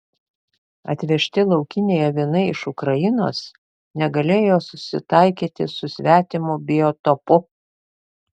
atvežti laukiniai avinai iš ukrainos negalėjo susitaikyti su svetimu biotopu